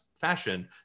fashion